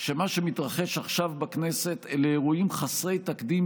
שמה שמתרחש עכשיו בכנסת אלה אירועים חסרי תקדים,